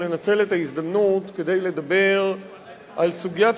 לנצל את ההזדמנות כדי לדבר על סוגיית